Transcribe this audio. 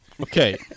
Okay